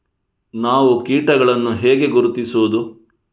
ನಾವು ಕೀಟಗಳನ್ನು ಹೇಗೆ ಗುರುತಿಸುವುದು?